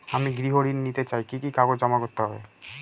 আমি গৃহ ঋণ নিতে চাই কি কি কাগজ জমা করতে হবে?